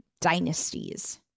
dynasties